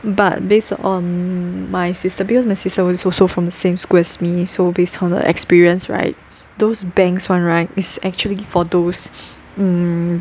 but based on my sister bills my sister was also from the same school as me so based on her experience right those banks [one] right is actually for those mm